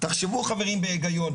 תחשבו חברים בהיגיון.